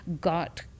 got